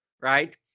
right